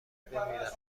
بمیرم